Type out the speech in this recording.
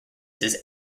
his